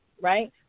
right